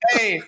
Hey